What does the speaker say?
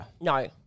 no